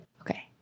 okay